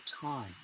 time